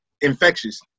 infectious